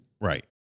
Right